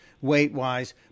weight-wise